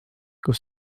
kus